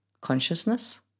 consciousness